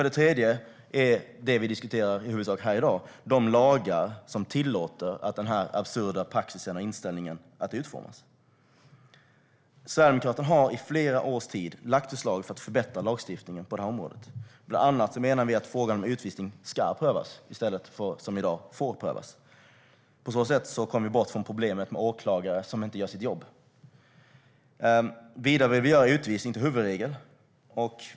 Det tredje är de lagar, som vi i huvudsak diskuterar i dag, som tillåter denna inställning och att denna absurda praxis utformas. Sverigedemokraterna har i flera års tid lagt fram förslag för att förbättra lagstiftningen på detta område. Vi menar bland annat att frågan om utvisning ska prövas i stället för som i dag får prövas. På så sätt kommer vi bort från problemet med åklagare som inte gör sitt jobb. Vidare vill vi göra utvisning till huvudregel.